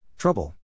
Trouble